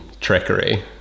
trickery